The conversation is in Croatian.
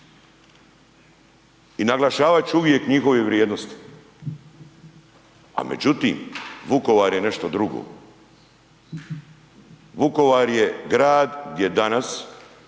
I naglašavat ću uvijek njihove vrijednosti, a međutim, Vukovar je nešto drugo. Vukovar je grad gdje danas